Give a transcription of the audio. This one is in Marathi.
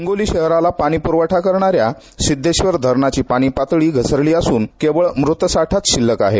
हिंगोली शहराला पाणीपुरवठा करणाऱ्या सिद्धेश्वर धरणाची पाणी पातळी घसरली असून केवळ मृत साठाच शिल्लक आहे